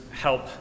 help